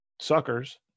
suckers